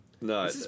No